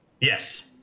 Yes